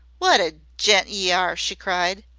wot a gent ye are! she cried.